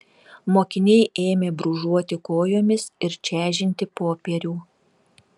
mokiniai ėmė brūžuoti kojomis ir čežinti popierių